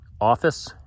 office